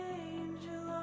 angel